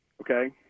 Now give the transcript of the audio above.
Okay